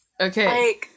Okay